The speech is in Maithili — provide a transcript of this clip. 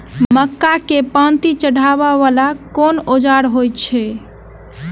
मक्का केँ पांति चढ़ाबा वला केँ औजार होइ छैय?